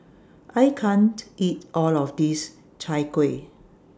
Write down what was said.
I can't eat All of This Chai Kuih